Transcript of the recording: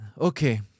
Okay